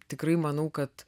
tikrai manau kad